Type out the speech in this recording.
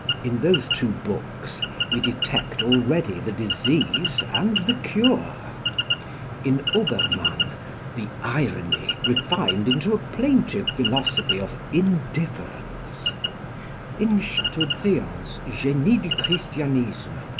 in those two books we detect already the disease and the cure in obermann the irony, refined into a plaintive philosophy of indifference in chateaubriand's genie du christianisme,